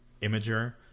Imager